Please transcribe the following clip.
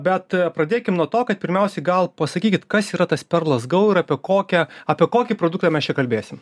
bet pradėkim nuo to kad pirmiausia gal pasakykit kas yra tas perlas go apie kokią apie kokį produktą mes čia kalbėsim